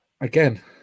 again